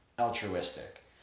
altruistic